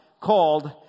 called